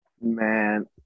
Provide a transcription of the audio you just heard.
Man